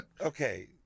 Okay